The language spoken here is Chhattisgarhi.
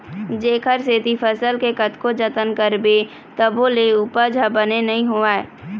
जेखर सेती फसल के कतको जतन करबे तभो ले उपज ह बने नइ होवय